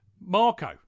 Marco